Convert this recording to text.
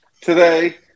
today